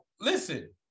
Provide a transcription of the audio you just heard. listen